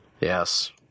Yes